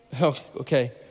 Okay